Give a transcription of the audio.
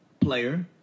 Player